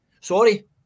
Sorry